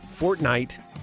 Fortnite